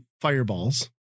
fireballs